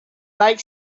like